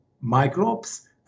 microbes